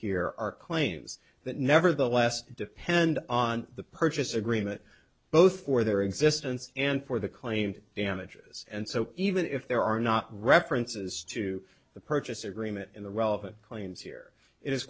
here are claims that nevertheless depend on the purchase agreement both for their existence and for the claimed damages and so even if there are not references to the purchase agreement in the relevant claims here i